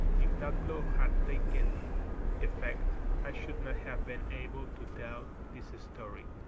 if that blow had taken effect i should not have been able to tell this story.